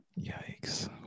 Yikes